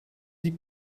die